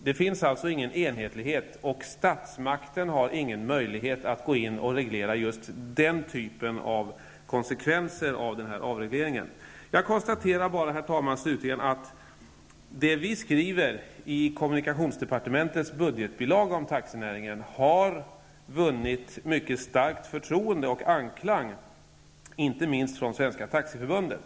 Det finns alltså ingen enhetlighet, och statsmakten har ingen möjlighet att gå in och reglera just den typen av konsekvenser av avregleringen. Herr talman! Slutligen vill jag konstatera att det vi skriver om taxinäringen i kommunikationsdepartementets budgetbilaga har vunnit starkt förtroende och anklang, inte minst från Svenska Taxiförbundet.